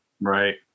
right